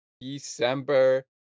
December